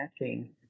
matching